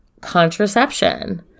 contraception